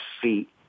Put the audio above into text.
feet